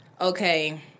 okay